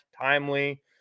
timely